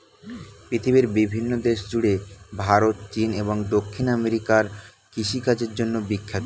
পৃথিবীর বিভিন্ন দেশ জুড়ে ভারত, চীন এবং দক্ষিণ আমেরিকা কৃষিকাজের জন্যে বিখ্যাত